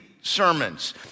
sermons